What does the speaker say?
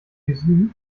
cuisine